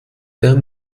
der